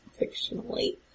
fictionally